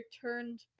turned